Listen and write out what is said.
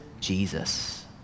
Jesus